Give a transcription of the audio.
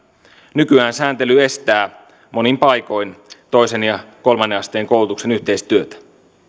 nykyään sääntely estää monin paikoin toisen ja kolmannen asteen koulutuksen yhteistyötä